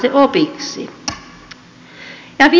otetaan se opiksi